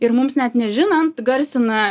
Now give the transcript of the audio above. ir mums net nežinant garsina